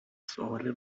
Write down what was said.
سوال